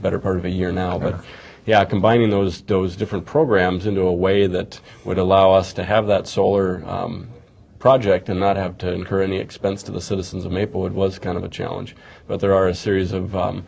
the better part of a year now but yeah combining those doughs different programs into a way that would allow us to have that solar project and not have to incur any expense to the citizens of maple it was kind of a challenge but there are a series of